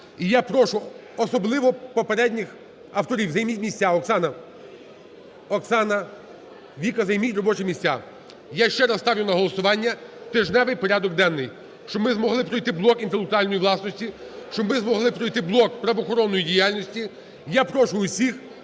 І я прошу особливо попередніх авторів займіть місця, Оксана, Оксана, Віка, займіть робочі місця. Я ще раз ставлю на голосування тижневий порядок денний, щоб ми змогли пройти блок інтелектуальної власності, щоб ми змогли пройти блок правоохоронної діяльності. Я прошу усіх